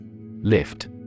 Lift